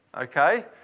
Okay